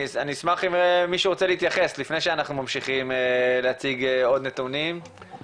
אני אשמח אם מישהו רוצה להתייחס לפני שאנחנו ממשיכים להציג או נתונים,